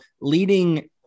leading